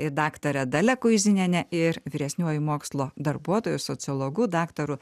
daktare dalia kuiziniene ir vyresniuoju mokslo darbuotoju sociologu daktaru